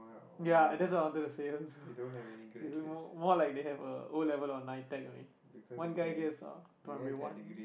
ya that's what I wanted to say also is it m~ more like they have a o-level or NITEC only one guy here's uh primary-one